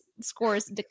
scores